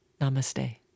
Namaste